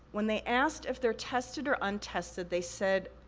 when they asked if they're tested or untested, they said,